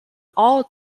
all